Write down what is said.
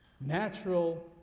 natural